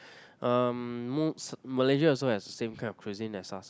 um most Malaysia also has the same kind of cuisine as us